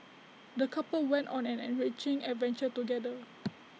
the couple went on an enriching adventure together